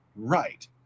Right